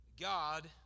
God